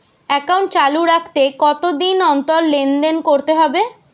Account চালু রাখতে কতদিন অন্তর লেনদেন করতে হবে?